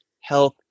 health